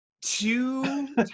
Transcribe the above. two